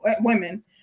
women